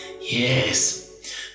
Yes